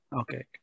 Okay